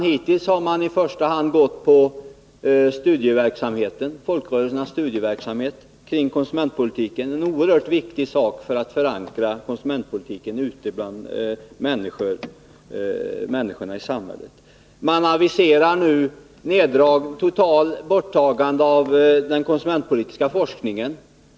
Hittills har man i första hand gått på folkrörelsernas studieverksamhet kring konsumentpolitiken — en oerhört viktig sak för att förankra konsumentpolitiken ute bland människorna i samhället. Man aviserar nu ett totalt borttagande av den konsumentpolitiska forskningen.